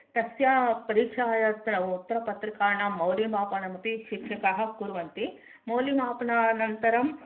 तस्या परिक्षाया उत्तरं उत्तरपत्रिकाणां मौल्यमापनमपि शिक्षकाः कुर्वन्ति मौल्यमापनानन्तरं